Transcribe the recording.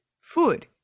food